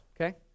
okay